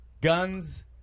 Guns